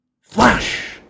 Flash